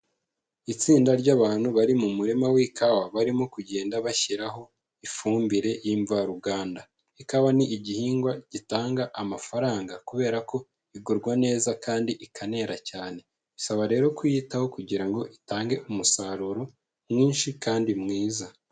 Itsinda ry'abantu bari mu murima w'ikawa barimo kugenda bashyiraho ifumbire y'imvaruganda. Ikawa ni igihingwa gitanga amafaranga kubera ko igurwa neza kandi ikanera cyane. Bisaba rero kuyitaho kugira ngo itange umusaruro mwinshi kandi mwiza.